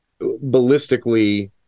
ballistically